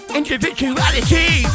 individuality